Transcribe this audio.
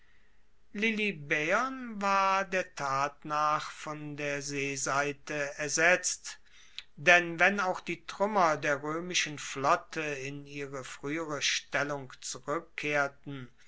lilybaeon war der tat nach von der seeseite entsetzt denn wenn auch die truemmer der roemischen flotte in ihre fruehere stellung zurueckkehrten